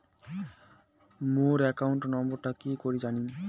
মোর account নাম্বারটা কি করি জানিম?